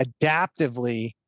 adaptively